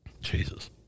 Jesus